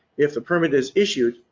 if the permit is issued,